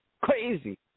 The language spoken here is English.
Crazy